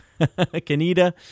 Kaneda